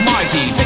Mikey